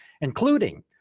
including